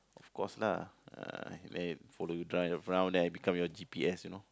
of course lah ah then follow you drive around then I become your G_P_S you know